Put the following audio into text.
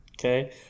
Okay